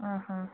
ആഹാ